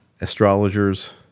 astrologers